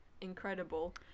incredible